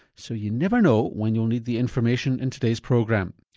so you never know when you'll need the information in today's program.